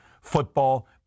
football